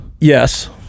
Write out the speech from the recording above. yes